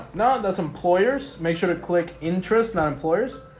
no that's employers. make sure to click interest not employers